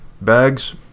Bags